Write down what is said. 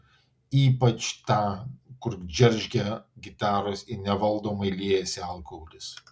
ypač tą kur džeržgia gitaros ir nevaldomai liejasi alkoholis